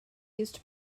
used